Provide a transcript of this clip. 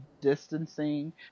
distancing